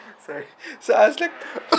sorry so I was like